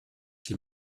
die